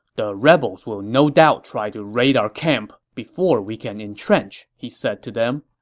the rebels will no doubt try to raid our camp before we can entrench, he said to them.